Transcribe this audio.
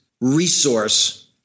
resource